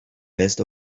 best